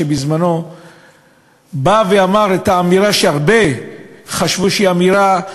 בזמנו בא ואמר את האמירה שהרבה חשבו שהיא אמירה,